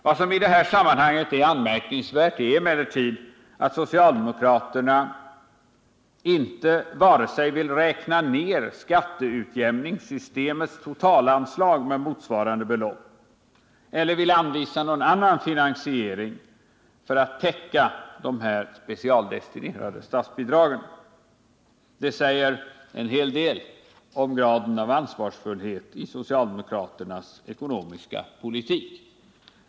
Vad som i det sammanhanget är anmärkningsvärt är emellertid att socialdemokraterna inte vare sig vill räkna ner skatteutjämningssystemets totalanslag med motsvarande belopp eller vill anvisa någon annan finansiering för att täcka de här specialdestinerade statsbidragen. Det säger en hel del om graden av ansvarsfullhet i socialdemokraternas ekonomiska politik.